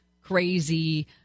crazy